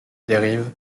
dérive